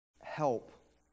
help